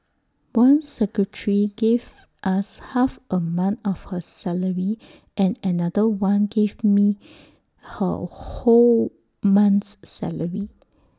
one secretary gave us half A month of her salary and another one gave me her whole month's salary